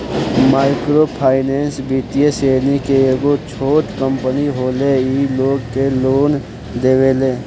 micro finance वित्तीय श्रेणी के एगो छोट कम्पनी होले इ लोग के लोन देवेले